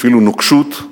אפילו נוקשות,